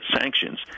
sanctions